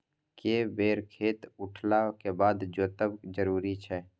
के बेर खेत उठला के बाद जोतब जरूरी छै?